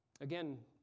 Again